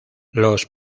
los